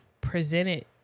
presented